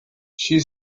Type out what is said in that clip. she